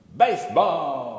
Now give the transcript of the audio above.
Baseball